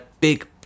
big